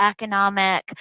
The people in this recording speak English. economic